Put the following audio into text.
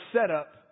setup